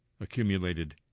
accumulated